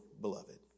beloved